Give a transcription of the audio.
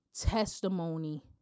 testimony